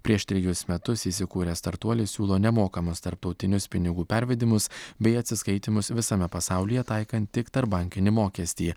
prieš trejus metus įsikūręs startuolis siūlo nemokamus tarptautinius pinigų pervedimus bei atsiskaitymus visame pasaulyje taikant tik tarpbankinį mokestį